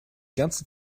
ganze